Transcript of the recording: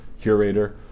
curator